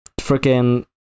freaking